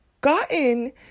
gotten